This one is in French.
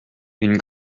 une